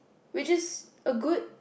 which is a good